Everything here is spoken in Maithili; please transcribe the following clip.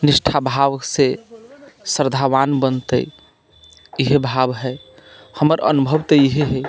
निष्ठाभाव से श्रद्धावान बनतै इहे भाव हइ हमर अनुभव तऽ इहे हइ